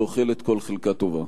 שאוכלת כל חלקה טובה.